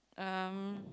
um